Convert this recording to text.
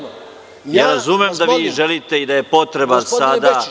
Molim vas, razumem da vi želite i da je potreba sada…